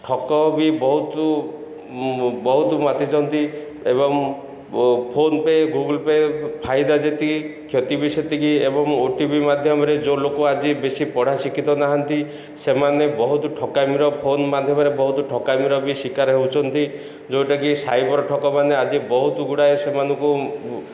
ଠକ ବି ବହୁତ ବହୁତ ମାତିଛନ୍ତି ଏବଂ ଫୋନ୍ ପେ' ଗୁଗୁଲ ପେ' ଫାଇଦା ଯେତିକି କ୍ଷତି ବି ସେତିକି ଏବଂ ଓ ଟି ପି ମାଧ୍ୟମରେ ଯେଉଁ ଲୋକ ଆଜି ବେଶୀ ପଢ଼ା ଶିକ୍ଷିତ ନାହାନ୍ତି ସେମାନେ ବହୁତ ଠକାମିର ଫୋନ୍ ମାଧ୍ୟମରେ ବହୁତ ଠକାମୀର ବି ଶିକାର ହେଉଛନ୍ତି ଯେଉଁଟାକି ସାଇବର ଠକମାନେ ଆଜି ବହୁତ ଗୁଡ଼ାଏ ସେମାନଙ୍କୁ